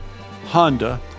Honda